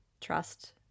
trust